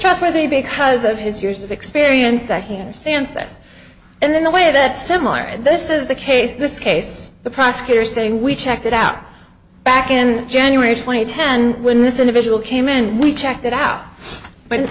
trustworthy because of his years of experience that he understands this and then the way that similar and this is the case this case the prosecutor is saying we checked it out back in january twenty ten when this individual came in we checked it out but i